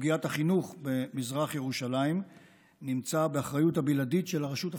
סוגיית החינוך במזרח ירושלים נמצאת באחריות הבלעדית של הרשות הפלסטינית.